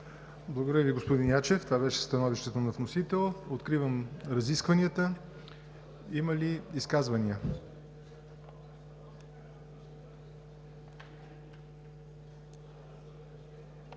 Благодаря Ви, господин Ячев. Това беше становището на вносителя. Откривам разискванията. Има ли изказвания?